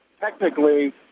technically